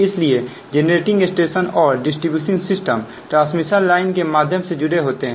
इसलिए generating station और distribution system transmission line के माध्यम से जुड़े होते हैं